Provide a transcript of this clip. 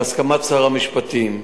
ובהסכמת שר המשפטים.